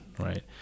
right